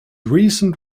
recent